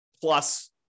plus